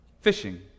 fishing